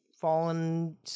fallen